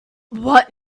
what